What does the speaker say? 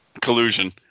Collusion